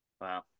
Wow